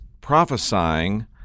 prophesying